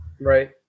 Right